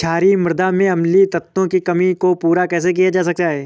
क्षारीए मृदा में अम्लीय तत्वों की कमी को पूरा कैसे किया जाए?